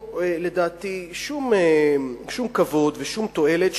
שלדעתי אין בו שום כבוד ושום תועלת,